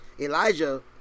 Elijah